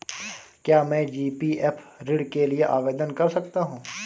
क्या मैं जी.पी.एफ ऋण के लिए आवेदन कर सकता हूँ?